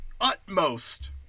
utmost